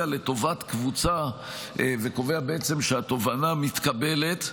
לטובת קבוצה וקובע שהתובענה מתקבלת,